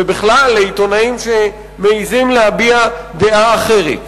ובכלל לעיתונאים שמעזים להביע דעה אחרת.